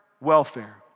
welfare